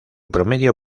promedio